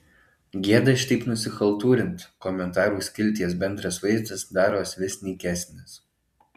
gėda šitaip nusichaltūrint komentarų skilties bendras vaizdas daros vis nykesnis